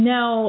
Now